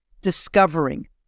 discovering